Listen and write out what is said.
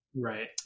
Right